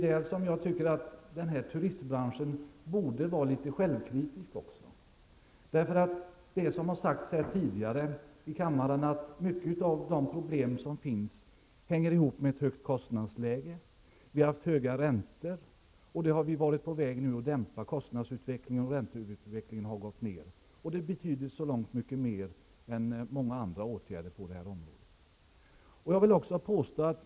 Jag menar också att turistbranschen borde vara litet självkritisk. Som det har sagts här i kammaren tidigare hänger många av de problem som finns ihop med ett högt kostnadsläge. Vi har haft höga räntor. Nu har vi varit på väg att dämpa kostnadsutvecklingen. Också räntan har gått ner. Det betyder mycket mer än många andra åtgärder på detta område.